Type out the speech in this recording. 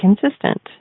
consistent